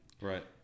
Right